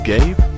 Gabe